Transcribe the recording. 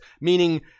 meaning